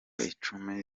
icumi